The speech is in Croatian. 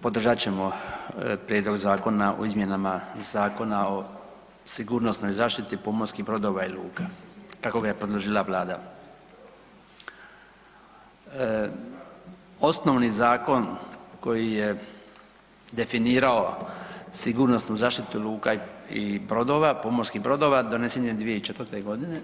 Podržat ćemo Prijedlog zakona o izmjenama Zakona o sigurnosnoj zaštiti pomorskih brodova i luka kako ga je predložila Vlada Osnovni zakon koji je definirao sigurnosnu zaštitu luka i brodova, pomorskih brodova donesen je 2004. godine